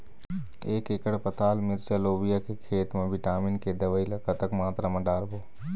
एक एकड़ पताल मिरचा लोबिया के खेत मा विटामिन के दवई ला कतक मात्रा म डारबो?